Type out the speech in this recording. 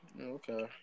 Okay